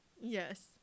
Yes